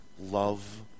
love